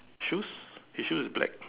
choose he choose black